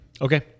Okay